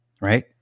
right